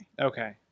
Okay